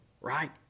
right